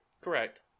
Correct